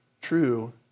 true